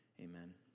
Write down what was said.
amen